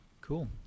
Cool